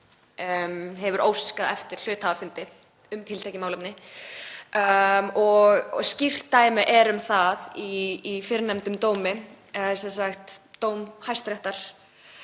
hefur óskað eftir hluthafafundi um tiltekið málefni og skýrt dæmi er um það í fyrrnefndum dómi Hæstaréttar